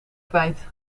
kwijt